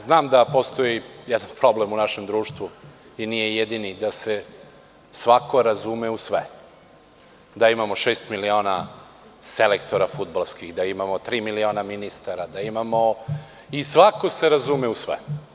Znam da postoji jedan problem u našem društvu, i nije jedini, da se svako razume u sve, da imamo šest miliona selektora fudbalskih, da imamo tri miliona ministara, da imamo… i svako se razume u sve.